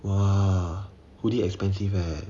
!wah! hoodie expensive eh